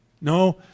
No